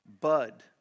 bud